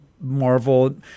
Marvel